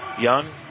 Young